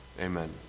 amen